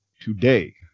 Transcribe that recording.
today